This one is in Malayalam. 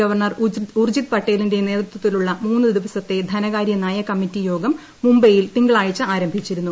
ഗവർണർ ഉർജിത് പട്ടേലിന്റെ നേതൃത്വത്തിലുള്ള മൂന്നു ദിവസത്തെ ധനകാര്യ നയ കമ്മിറ്റി യോഗം മുംബൈയിൽ തിങ്കളാഴ്ച ആരംഭിച്ചിരുന്നു